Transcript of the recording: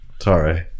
sorry